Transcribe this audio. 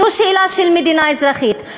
זו שאלה של מדינה אזרחית.